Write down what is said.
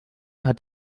hat